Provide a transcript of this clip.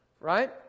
right